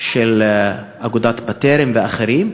של אגודת "בטרם", ואחרים,